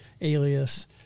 Alias